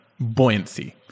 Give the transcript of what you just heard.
buoyancy